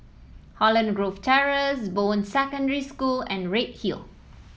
Holland Grove Terrace Bowen Secondary School and Redhill